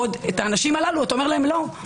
והאנשים האלה: אתה אומר להם: לא,